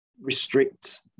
restrict